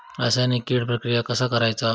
रासायनिक कीड प्रक्रिया कसा करायचा?